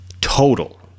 Total